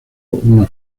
una